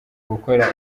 gukora